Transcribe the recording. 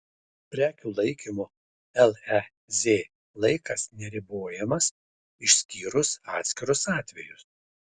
prekių laikymo lez laikas neribojamas išskyrus atskirus atvejus